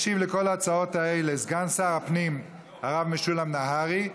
ישיב לכל ההצעות האלה סגן שר הפנים הרב משולם נהרי,